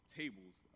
tables